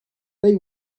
they